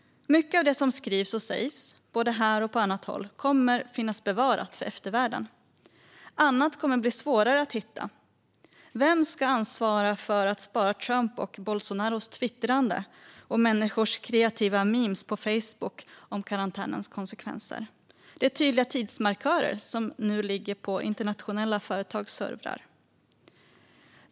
Mycket av det som skrivs och sägs både här och på annat håll kommer att finnas bevarat för eftervärlden. Annat kommer att bli svårare att hitta. Vem ska ansvara för att spara Trumps och Bolsonaros twittrande och människors kreativa memes på Facebook om karantänens konsekvenser? Det är tydliga tidsmarkörer som nu ligger på internationella företags servrar.